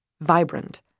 vibrant